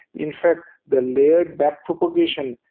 in fact, the layered backpropagation,